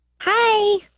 Hi